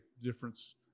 difference